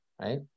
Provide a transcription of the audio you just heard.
right